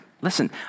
Listen